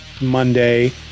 monday